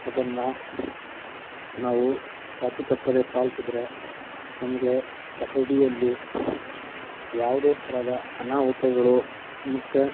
ಅದನ್ನು ನಾವು ಚಾಚೂ ತಪ್ಪದೇ ಪಾಲ್ಸಿದ್ರೆ ನಮಗೆ ಕಬಡ್ಡಿಯಲ್ಲಿ ಯಾವುದೇ ಥರದ ಅನಾಹುತಗಳು ಮತ್ತು